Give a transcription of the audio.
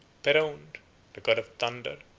peround, the god of thunder,